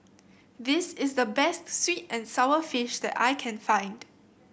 this is the best sweet and sour fish that I can find